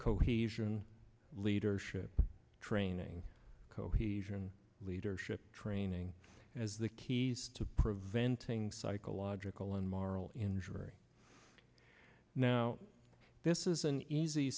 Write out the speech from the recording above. cohesion leadership training cohesion leadership training as the keys to preventing psychological and marl injury now this is an easy